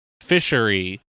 fishery